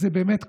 זה באמת כואב,